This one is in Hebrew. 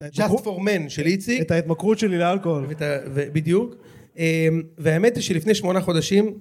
את ההתמכרות שלי לאלכוהיל בדיוק והאמת היא שלפני שמונה חודשים